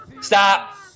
Stop